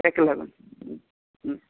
तेका लागोन